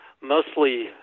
mostly